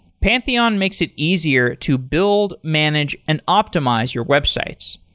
pantheon makes it easier to build, manage and optimize your websites.